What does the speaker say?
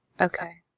okay